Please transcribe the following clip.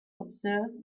observe